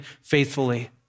faithfully